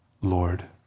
Lord